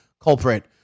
culprit